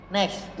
Next